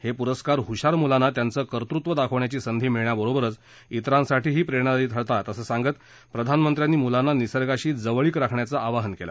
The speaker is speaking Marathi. हे पुरस्कार हुशार मुलांना त्यांचं कर्तृत्व दाखवण्याची संधी मिळण्याबरोबरच त्रिरांसाठीही प्रेरणादायी ठरतात असं सांगत प्रधानमंत्र्यांनी मुलांना निसर्गाशी जवळीक राखण्याचं आवाहन केलं